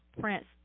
Prince